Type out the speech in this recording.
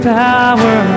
power